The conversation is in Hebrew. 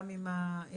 גם עם העסקים,